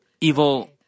evil